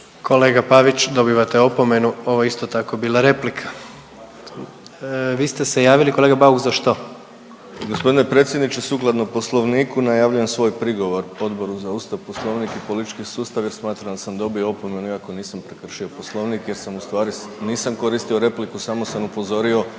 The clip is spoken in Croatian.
Kolega Pavić, dobivate opomenu. Ovo je isto tako bila replika. Vi ste se javili kolega Bauk za što? **Bauk, Arsen (SDP)** Gospodine predsjedniče sukladno Poslovniku najavljujem svoj prigovor Odboru za Ustav, Poslovnik i politički sustav, jer smatram da sam dobio opomenu iako nisam prekršio Poslovnik, jer u stvari nisam koristio repliku, samo sam upozorio da gospodin